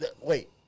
Wait